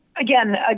again